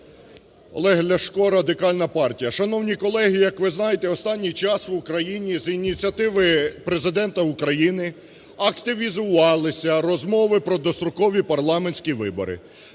Олег Ляшко, Радикальна партія. Шановні колеги, як ви знаєте, останній час в Україні з ініціативи Президента України активізувалися розмови про дострокові парламентські вибори.